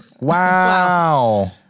wow